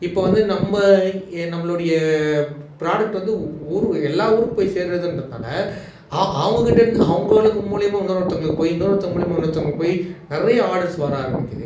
இப்போ வந்து நம்ப ஏ நம்மளுடைய ப்ராடெக்ட் வந்து ஊர் எல்லா ஊருக்கும் போய் சேர்றதுன்றத்துனால ஆ அவங்கக்கிட்டேருந்து அவங்களுக்கு மூலியமாக இன்னொரு ஒருத்தவங்களுக்கு போய் இன்னொரு ஒருத்தவங்க மூலியமாக இன்னொரு ஒருத்தவங்களுக்கு போய் நிறைய ஆர்டர்ஸ் வர ஆரம்பிக்குது